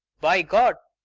by god!